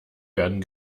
werden